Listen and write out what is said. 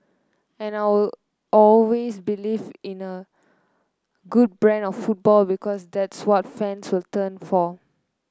and all always believed in a good brand of football because that's what fans will turn the for